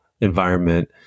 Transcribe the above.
environment